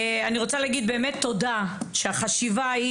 אני באמת רוצה להגיד תודה שהחשיבה היא